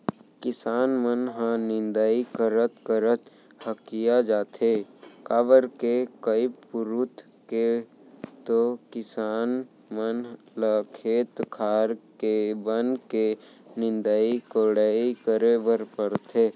किसान मन ह निंदई करत करत हकिया जाथे काबर के कई पुरूत के तो किसान मन ल खेत खार के बन के निंदई कोड़ई करे बर परथे